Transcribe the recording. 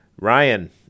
Ryan